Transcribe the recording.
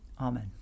amen